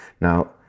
Now